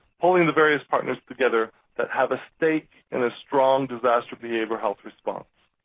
holding the various partners together that have a stake in a strong disaster behavioral health response.